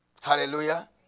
Hallelujah